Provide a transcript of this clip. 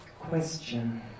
question